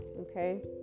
okay